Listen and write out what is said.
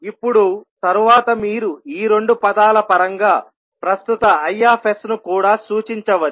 ఇప్పుడు తరువాత మీరు ఈ రెండు పదాల పరంగా ప్రస్తుత Is ను కూడా సూచించవచ్చు